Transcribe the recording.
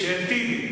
של טיבי.